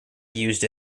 used